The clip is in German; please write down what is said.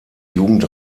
jugend